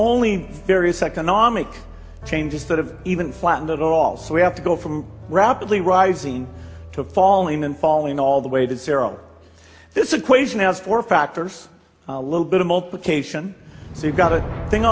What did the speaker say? only various economic changes that have even flattened it all so we have to go from rapidly rising to falling and falling all the way to zero this equation has four factors a little bit of hope of cation so you've got a thing